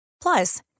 Plus